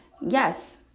Yes